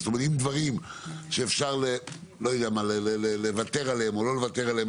נניח בדברים שאפשר לוותר עליהם או לא לוותר עליהם?